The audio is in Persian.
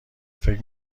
فکر